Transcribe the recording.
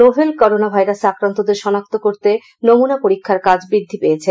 novel corona ভাইরাসে আক্রান্তদের শনাক্ত করতে নমুনা পরীক্ষার কাজ বৃদ্ধি পেয়েছে